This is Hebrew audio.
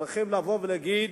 צריכים לבוא ולהגיד: